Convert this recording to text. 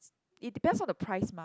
it depends on the price mah